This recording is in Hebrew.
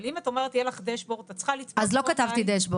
אבל אם את אומרת 'יהיה לך דשבורד' -- אז לא כתבתי דשבורד,